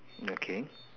okay